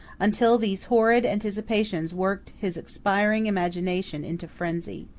until these horrid anticipations worked his expiring imagination into frenzy.